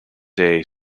day